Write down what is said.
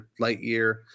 Lightyear